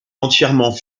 entièrement